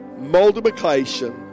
multiplication